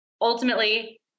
Ultimately